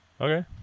Okay